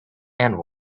and